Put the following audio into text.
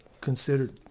considered